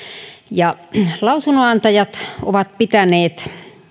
lausunnonantajat ovat pitäneet